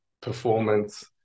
performance